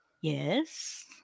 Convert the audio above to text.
Yes